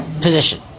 position